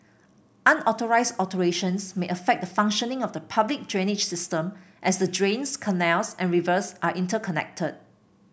unauthorised alterations may affect the functioning of the public drainage system as the drains canals and rivers are interconnected